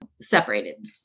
separated